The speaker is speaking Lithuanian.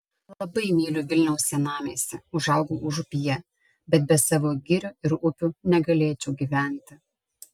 labai myliu vilniaus senamiestį užaugau užupyje bet be savo girių ir upių negalėčiau gyventi